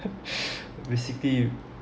basically